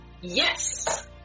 Yes